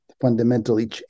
Fundamentally